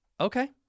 Okay